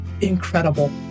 incredible